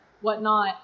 whatnot